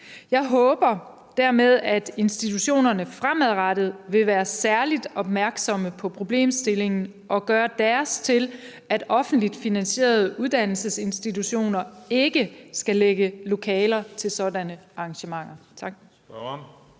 Jeg håber dermed, at institutionerne fremadrettet vil være særlig opmærksomme på problemstillingen og gøre deres til, at offentligt finansierede uddannelsesinstitutioner ikke skal lægge lokaler til sådanne arrangementer.